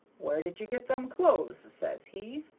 where did you get them clothes says he.